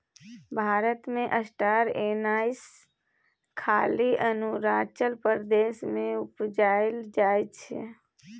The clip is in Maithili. भारत मे स्टार एनाइस खाली अरुणाचल प्रदेश मे उपजाएल जाइ छै